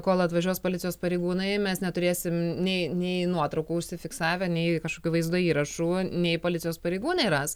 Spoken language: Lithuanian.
kol atvažiuos policijos pareigūnai mes neturėsim nei nei nuotraukų užsifiksavę nei kažkokių vaizdo įrašų nei policijos pareigūnai ras